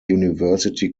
university